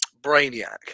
Brainiac